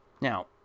Now